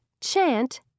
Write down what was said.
chant